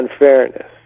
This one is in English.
unfairness